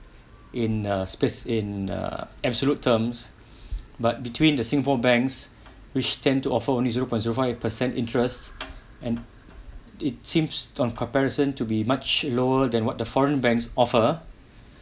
in a space in err absolute terms but between the singapore banks which tend to offer only zero point zero five eight percent interest and it seems on comparison to be much lower than what the foreign banks offer